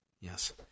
Yes